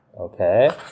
Okay